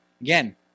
Again